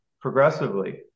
progressively